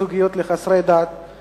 התיישנות ומוסדות חינוך),